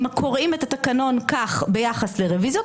אם קוראים את התקנון כך ביחס לרוויזיות,